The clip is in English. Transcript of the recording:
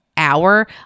hour